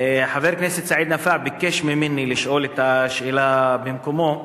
חבר הכנסת סעיד נפאע ביקש ממני לשאול את השאלה במקומו.